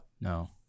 No